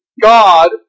God